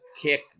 kick